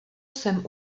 sem